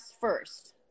first